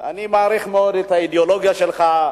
אני מעריך מאוד את האידיאולוגיה שלך.